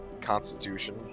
constitution